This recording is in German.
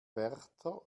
wärter